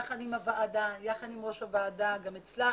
יחד עם הוועדה, יחד עם ראש הוועדה גם הצלחנו